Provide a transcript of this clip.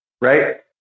right